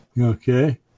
Okay